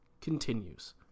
continues